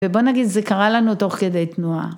ובוא נגיד זה קרה לנו תוך כדי תנועה.